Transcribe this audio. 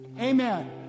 Amen